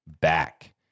back